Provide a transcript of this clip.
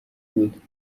بود